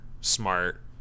Smart